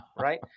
right